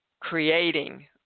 creating